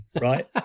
right